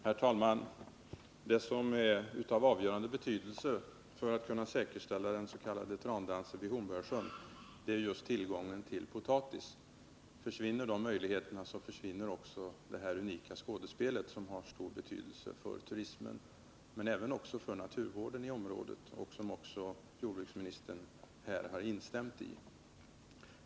Herr talman! Det som är av avgörande betydelse för att kunna säkerställa den s.k. trandansen vid Hornborgasjön är just tillgången på potatis. Försvinner den, försvinner också det här unika skådespelet som har stor betydelse för turismen liksom också för naturvården i området, vilket jordbruksministern också intygade.